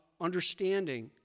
understanding